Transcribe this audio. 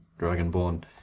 dragonborn